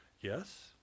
yes